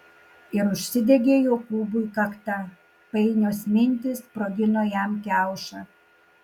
ir užsidegė jokūbui kakta painios mintys sprogino jam kiaušą